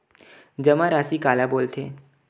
जमा राशि काला बोलथे?